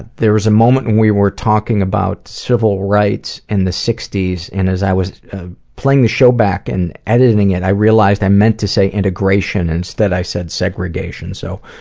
there's a moment when we were talking about civil rights in and the sixties and as i was playing the show back and editing it i realized i meant to say integration. instead i said segregation, so